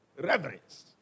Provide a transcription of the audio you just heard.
reverence